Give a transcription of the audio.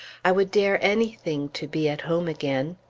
i would dare anything, to be at home again.